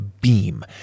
beam